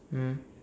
mm